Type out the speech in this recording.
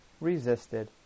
resisted